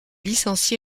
licencié